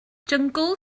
jyngl